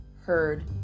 heard